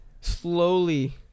slowly